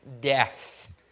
death